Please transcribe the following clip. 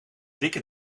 dikke